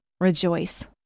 Rejoice